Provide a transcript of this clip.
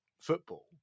football